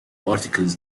articles